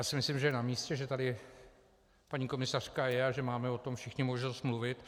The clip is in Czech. Myslím si, že je namístě, že tady paní komisařka je a že máme o tom všichni možnost mluvit.